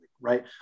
right